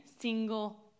single